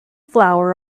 flour